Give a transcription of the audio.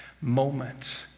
moment